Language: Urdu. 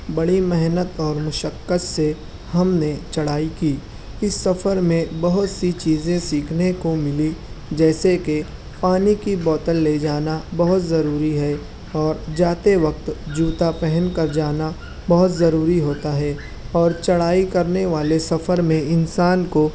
بڑی محنت اور مشقت سے ہم نے چڑھائی کی اِس سفر میں بہت سی چیزیں سیکھنے کو ملی جیسے کہ پانی کی بوتل لے جانا بہت ضروری ہے اور جاتے وقت جوتا پہن کر جانا بہت ضروری ہوتا ہے اور چڑھائی کرنے والے سفر میں انسان کو